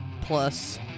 plus